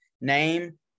name